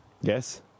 Yes